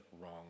wrong